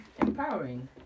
empowering